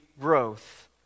growth